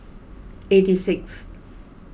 eighty sixth